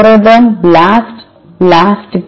புரதம் BLAST BLAST P